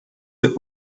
the